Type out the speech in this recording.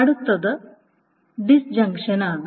അടുത്തത് ഡിസ്ഞ്ചക്ഷനാണ്